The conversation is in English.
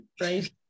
right